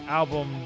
album